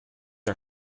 are